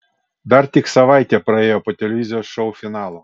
dar tik savaitė praėjo po televizijos šou finalo